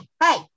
hey